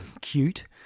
cute